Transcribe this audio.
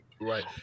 Right